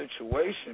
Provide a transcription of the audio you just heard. situation